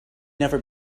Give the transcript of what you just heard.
never